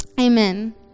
Amen